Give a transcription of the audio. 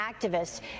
activists